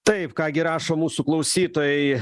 taip ką gi rašo mūsų klausytojai